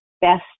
best